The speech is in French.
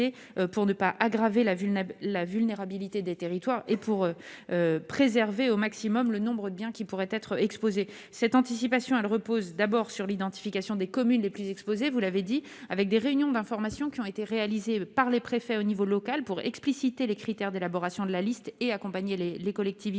pour ne pas aggraver la Villeneuve la vulnérabilité des territoires et pour préserver au maximum le nombre de biens qui pourraient être exposées cette anticipation elle repose d'abord sur l'identification des communes les plus. Posez vous l'avez dit, avec des réunions d'informations qui ont été réalisées par les préfets au niveau local pour expliciter les critères d'élaboration de la liste et accompagner les les collectivités